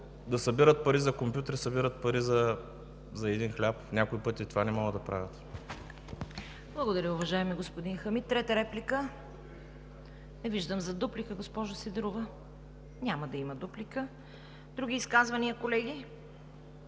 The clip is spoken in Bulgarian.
да събират пари за компютри, събират пари за един хляб, а някой път и това не могат да правят. ПРЕДСЕДАТЕЛ ЦВЕТА КАРАЯНЧЕВА: Благодаря, уважаеми господин Хамид. Трета реплика? Не виждам. За дуплика, госпожо Сидорова? Няма да има дуплика. Други изказвания, колеги?